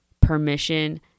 permission